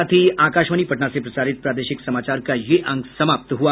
इसके साथ ही आकाशवाणी पटना से प्रसारित प्रादेशिक समाचार का ये अंक समाप्त हुआ